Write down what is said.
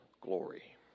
glory